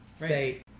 Say